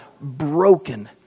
broken